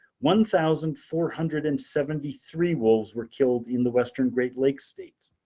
one thousand four hundred and seventy three wolves were killed in the western great lakes states.